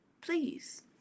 please